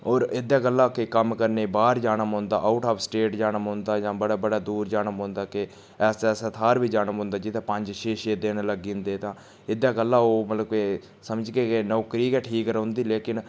होर एह्दे गल्ला केईं कम्म करने बाह्र जाना पौंदा जां आउट आफ स्टेट जाना पौंदा जां बड़े बड़े दूर जाना पौंदा कि ऐसा ऐसा थाह्र बी जाना पौंदा जित्थें पंज छे छे दिन लग्गी जंदे तां एह्दे गल्ला ओह् मतलब के समझगे कि नौकरी गै ठीक रौंह्दी लेकिन